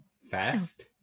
Fast